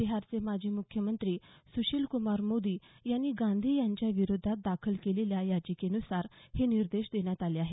बिहारचे माजी मुख्यमंत्री सुशील कुमार मोदी यांनी गांधी यांच्या विरोधात दाखल केलेल्या याचिकेनुसार हे निर्देश देण्यात आले आहेत